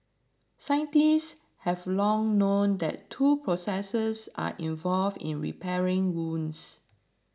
scientists have long known that two processes are involved in repairing wounds